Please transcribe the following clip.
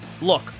Look